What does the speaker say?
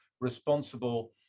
responsible